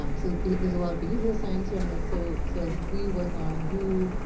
um so there's a lot of behavioral science around this, so so i think we work on who,